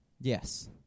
Yes